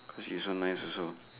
cause she's so nice also